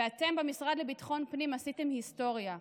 ואתם במשרד לביטחון פנים עשיתם היסטוריה,